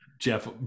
Jeff